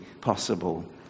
possible